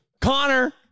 Connor